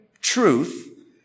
truth